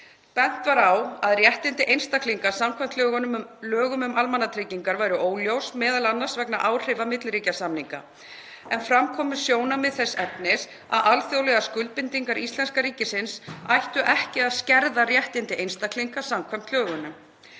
Bent var á að réttindi einstaklinga samkvæmt lögum um almannatryggingar væru óljós, m.a. vegna áhrifa milliríkjasamninga, en fram komu sjónarmið þess efnis að alþjóðlegar skuldbindingar íslenska ríkisins ættu ekki að skerða réttindi einstaklinga samkvæmt lögunum.